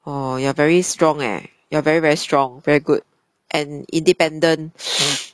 orh you are very strong eh you are very very strong very good and independent